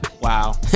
Wow